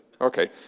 Okay